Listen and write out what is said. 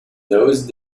those